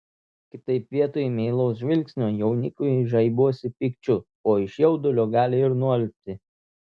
kitaip vietoj meilaus žvilgsnio jaunikiui žaibuosi pykčiu o iš jaudulio gali ir nualpti